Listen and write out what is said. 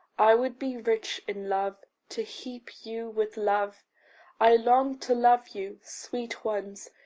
i would be rich in love to heap you with love i long to love you, sweet ones,